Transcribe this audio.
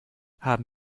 haben